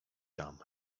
tam